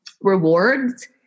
rewards